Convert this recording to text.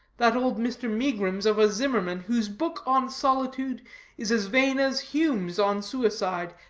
that old mr. megrims of a zimmermann, whose book on solitude is as vain as hume's on suicide,